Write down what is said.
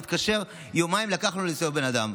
מתקשר, יומיים לקח לנו למצוא בן אדם.